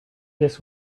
this